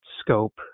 scope